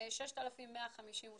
תרימו טלפון לקופות,